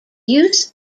use